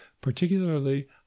particularly